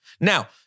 Now